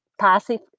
passive